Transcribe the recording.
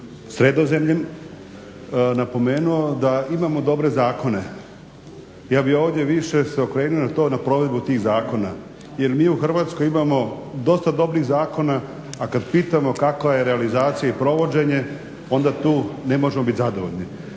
Sredozemljem je napomenuo da imamo dobre zakone. Ja bih ovdje više se okrenuo na to na provedbu tih zakona jer mi u Hrvatskoj imamo dosta dobrih zakona, a kad pitamo kakva je realizacija i provođenje onda tu ne možemo biti zadovoljni.